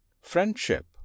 Friendship